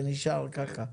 זה נשאר כך.